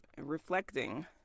reflecting